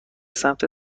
سمت